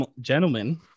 gentlemen